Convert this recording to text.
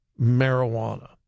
Marijuana